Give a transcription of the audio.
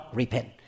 repent